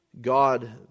God